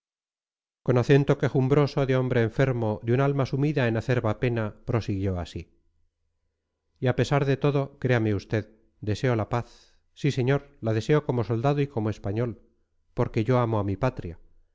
con acento quejumbroso de hombre enfermo de un alma sumida en acerba pena prosiguió así y a pesar de todo créame usted deseo la paz sí señor la deseo como soldado y como español porque yo amo a mi patria